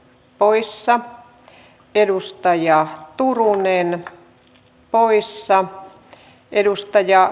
poissa edustajaa turunen porissa edustajia